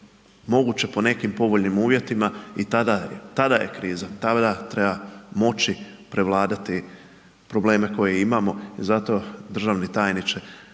moguće po nekim povoljnim uvjetima i tada je kriza, tada treba moći prevladati probleme koje imamo. I zato državni tajniče